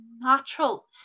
natural